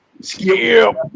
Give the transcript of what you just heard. Skip